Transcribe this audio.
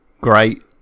Great